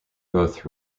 both